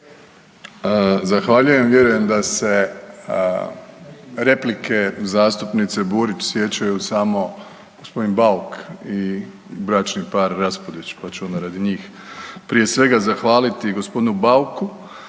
Zahvaljujem. Vjerujem da se replike zastupnice Burić sjećaju samo g. Bauk i bračni par Raspudić, pa ću onda radi njih prije svega zahvaliti g. Bauku